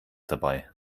dabei